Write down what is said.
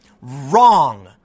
Wrong